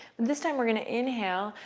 this time, we're going to inhale,